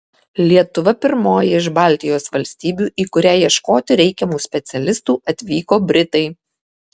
lietuva pirmoji iš baltijos valstybių į kurią ieškoti reikiamų specialistų atvyko britai